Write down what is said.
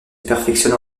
perfectionne